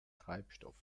treibstoff